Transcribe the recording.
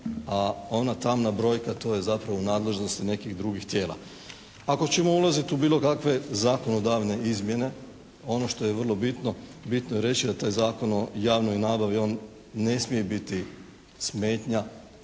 a ona tamna brojka, to je zapravo u nadležnosti nekih drugih tijela. Ako ćemo ulaziti u bilo kakve zakonodavne izmjene, ono što je vrlo bitno, bitno je reći da taj Zakon o javnoj nabavi, on ne smije biti smetnja